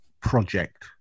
project